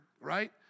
right